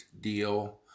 deal